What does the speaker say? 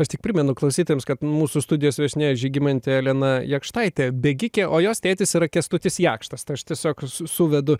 aš tik primenu klausytojams kad mūsų studijos viešnia žygimantė elena jakštaitė bėgikė o jos tėtis yra kęstutis jakštas tai aš tiesiog su suvedu